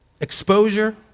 Exposure